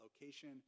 location